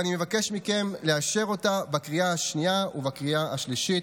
ואני מבקש מכם לאשר אותה בקריאה השנייה ובקריאה השלישית.